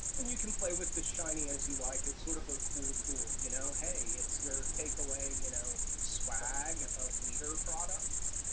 and you can play with this shiny as you like, it's sort of a cool tool. you know, hey it's your take away, you know, swag of leader products.